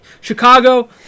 Chicago